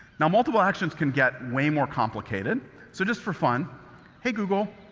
and multiple actions can get way more complicated so, just for fun hey google.